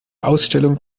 ausstellung